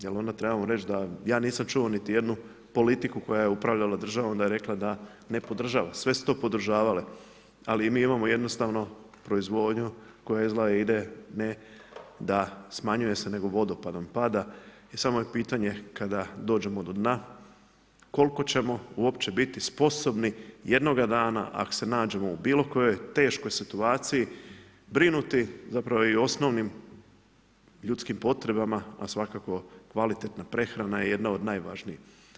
Je li onda trebamo reći da ja nisam čuo niti jednu politiku koja je upravljala državom da je rekla da ne podržava, sve su to podržavale ali mi imamo jednostavno proizvodnju koja izgleda ide ne da smanjuje se nego vodopadom pada i samo je pitanje kada dođemo do dna, koliko ćemo uopće biti sposobni jednoga dana, ako se nađemo u bilo kojoj teškoj situaciji brinuti zapravo i o osnovnim ljudskim potrebama, a svakako kvalitetna prehrana je jedna od najvažnijih.